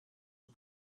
who